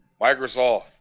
Microsoft